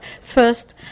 first